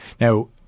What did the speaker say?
Now